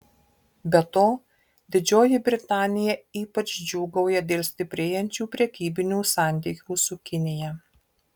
be to didžioji britanija ypač džiūgauja dėl stiprėjančių prekybinių santykių su kinija